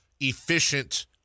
efficient